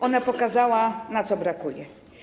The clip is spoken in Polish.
Ona pokazała, na co brakuje.